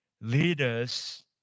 leaders